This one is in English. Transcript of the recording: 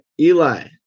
Eli